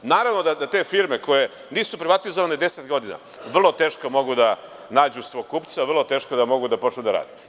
Naravno da te firme koje nisu privatizovane 10 godina, vrlo teško mogu da nađu svog kupca, vrlo teško da mogu da počnu da rade.